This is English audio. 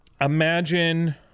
imagine